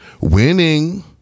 winning